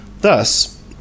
thus